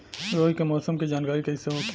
रोज के मौसम के जानकारी कइसे होखि?